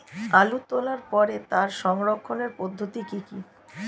আলু তোলার পরে তার সংরক্ষণের পদ্ধতি কি কি?